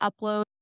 upload